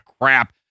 crap